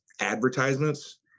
advertisements